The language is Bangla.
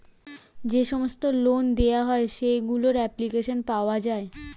যে সমস্ত লোন দেওয়া হয় সেগুলোর অ্যাপ্লিকেশন পাওয়া যায়